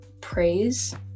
praise